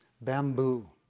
bamboo